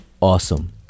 awesome